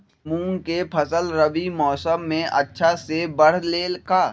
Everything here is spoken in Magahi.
मूंग के फसल रबी मौसम में अच्छा से बढ़ ले का?